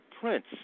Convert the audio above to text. prince